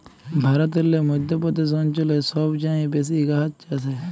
ভারতেল্লে মধ্য প্রদেশ অঞ্চলে ছব চাঁঁয়ে বেশি গাহাচ চাষ হ্যয়